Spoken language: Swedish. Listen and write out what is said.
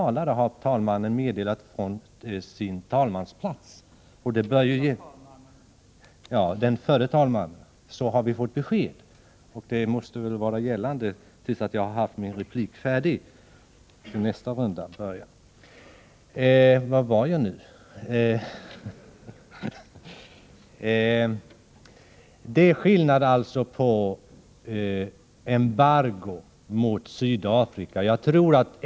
Men det är skillnad om man inför embargo mot Sydafrika.